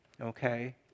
okay